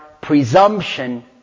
presumption